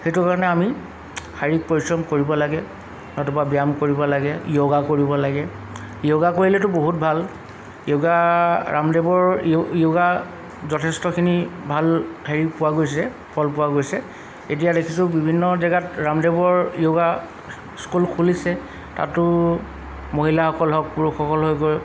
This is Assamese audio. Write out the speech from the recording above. সেইটো কাৰণে আমি শাৰীৰিক পৰিশ্ৰম কৰিব লাগে নতুবা ব্যায়াম কৰিব লাগে য়োগা কৰিব লাগে য়োগা কৰিলেতো বহুত ভাল য়োগা ৰামদেৱৰ য়োগা যথেষ্টখিনি ভাল হেৰি পোৱা গৈছে ফল পোৱা গৈছে এতিয়া দেখিছোঁ বিভিন্ন জেগাত ৰামদেৱৰ য়োগা স্কুল খুলিছে তাতো মহিলাসকল হওক পুৰুষসকলে গৈ